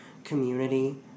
community